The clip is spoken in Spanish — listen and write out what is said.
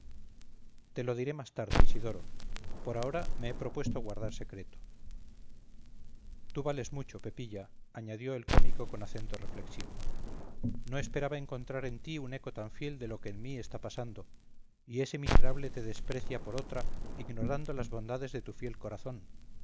te lo diré más tarde isidoro por ahora me he propuesto guardar secreto tú vales mucho pepilla añadió el cómico con acento reflexivo no esperaba encontrar en ti un eco tan fiel de lo que en mí está pasando y ese miserable te desprecia por otra ignorando las bondades de tu fiel corazón